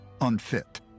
unfit